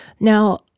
Now